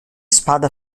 spada